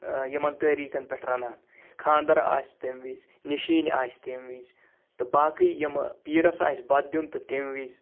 یِمَن تٲریٖقَن پٮ۪ٹھ رَنان خانٛدَر آسہِ تٔمۍ وِزِ نِشیٖن آسہِ تٔمۍ وِز تہٕ باقٕے یِمہٕ پیٖرَس آسہِ بَتہٕ دیُن تہٕ تٔمۍ وِزِ